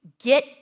get